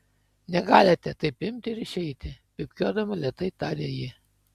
negalite taip imti ir išeiti pypkiuodama lėtai tarė ji